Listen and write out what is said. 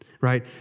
right